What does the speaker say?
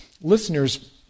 listeners